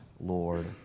Lord